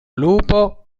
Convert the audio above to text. lupo